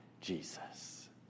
Jesus